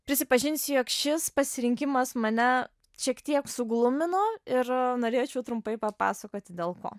prisipažinsiu jog šis pasirinkimas mane šiek tiek suglumino ir norėčiau trumpai papasakoti dėl ko